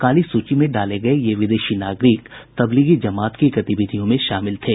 काली सूची में डाले गये ये विदेशी नागरिक तब्लीगी जमात की गतिविधियों में शामिल थे